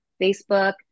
Facebook